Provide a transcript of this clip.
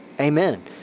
Amen